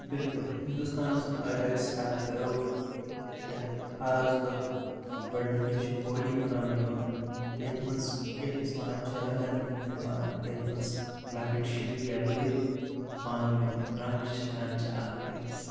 بالکل ہندوستانس منٛز اگر أسۍ کتھ کرو کینٛہہ خاص دۄہ گۄڈٕنٮ۪تھے چھُ ہولی مناونہٕ یِوان یتھ منٛز یتھ أسۍ ونان چھِ رنٛگن ہُنٛد تہوار یتھ منٛز لۄکٕٹۍ شُرۍ یا بٔرۍ پانہٕ ؤنۍ رنٛگ چھکان چھِ اکھ أکِس